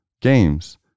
games